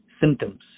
symptoms